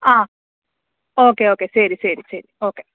ആ okay okay ശരി ശരി ശരി ഓക്കെ